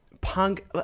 punk